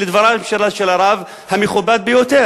אלה דבריו של הרב המכובד ביותר,